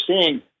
seeing